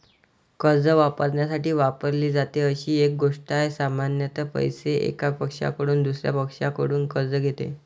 कर्ज वापरण्यासाठी वापरली जाते अशी एक गोष्ट आहे, सामान्यत पैसे, एका पक्षाकडून दुसर्या पक्षाकडून कर्ज घेते